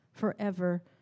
forever